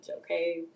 okay